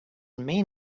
main